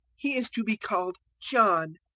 he is to be called john.